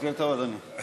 בוקר טוב, אדוני.